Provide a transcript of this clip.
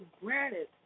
granted